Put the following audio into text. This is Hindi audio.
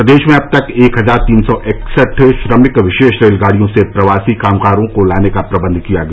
प्रदेश में अब तक एक हजार तीन सौ इकसठ श्रमिक विशेष रेलगाड़ियों से प्रवासी कामगारों को लाने का प्रबन्ध किया गया